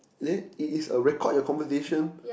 there it is a record your conversation